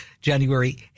January